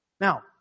Now